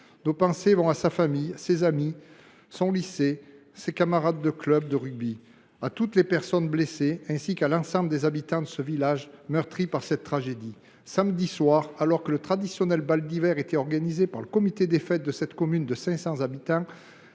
Nos pensées vont à sa famille, à ses amis, à son lycée, à ses camarades de club de rugby et à toutes les personnes blessées, ainsi qu’à l’ensemble des habitants de ce village meurtri par cette tragédie. Samedi soir, alors que le traditionnel bal d’hiver était organisé par le comité des fêtes de cette commune de 500 habitants,